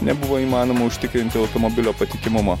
nebuvo įmanoma užtikrinti automobilio patikimumo